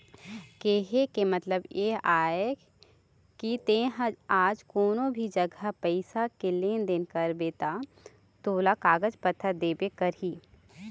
केहे के मतलब ये हवय के ते हा आज कोनो भी जघा पइसा के लेन देन करबे ता तोला कागज पतर देबे करही